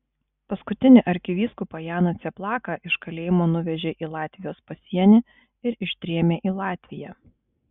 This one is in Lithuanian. paskutinį arkivyskupą janą cieplaką iš kalėjimo nuvežė į latvijos pasienį ir ištrėmė į latviją